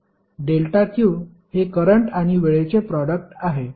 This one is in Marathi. ∆q हे करंट आणि वेळेचे प्रोडक्ट आहे